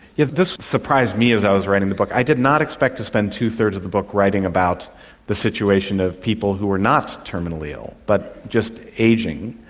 yes, this surprised me as i was writing the book. i did not expect to spend two-thirds of the book writing about the situation of people who were not terminally ill but just ageing,